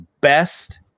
Best